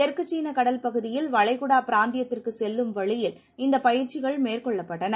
தெற்கு சீன கடல் பகுதியில் வளைகுடா பிராந்தியத்திற்கு செல்லும் வழியில் இந்தப் பயிற்சிகள் மேற்கொள்ளப்பட்டது